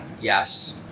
Yes